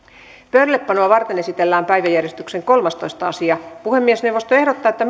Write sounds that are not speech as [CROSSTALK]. pöydällepanoa varten esitellään päiväjärjestyksen kolmastoista asia puhemiesneuvosto ehdottaa että [UNINTELLIGIBLE]